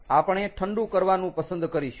આપણે ઠંડુ કરવાનું પસંદ કરીશું